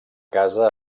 casa